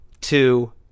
two